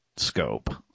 scope